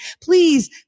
Please